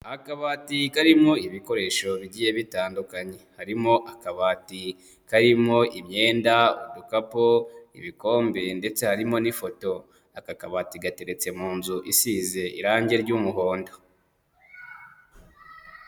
Akabati karimo ibikoresho bigiye bitandukanye, harimo akabati karimo: imyenda, udukapu, ibikombe ndetse harimo n'ifoto, aka kabati gateretse mu nzu isize irangi ry'umuhondo.